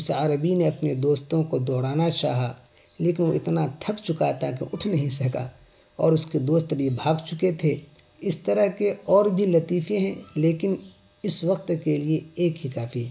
اس عربی نے اپنے دوستوں کو دوڑانا چاہا لیکن وہ اتنا تھک چکا تھا کہ اٹھ نہیں سکا اور اس کے دوست بھی بھاگ چکے تھے اس طرح کے اور بھی لطیفے ہیں لیکن اس وقت کے لیے ایک ہی کافی